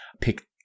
pick